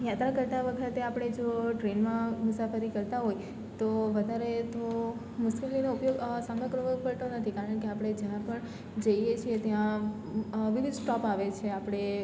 યાત્રા કરતાં વખતે આપણે જો ટ્રેનમાં મુસાફરી કરતા હોય તો વધારે તો મુશ્કેલીઓનો સામનો કરવો પડતો નથી કારણકે આપણે જ્યાં પણ જોઈએ છીએ ત્યાં વિવિધ સ્ટોપ આવે છે ત્યાં આપણે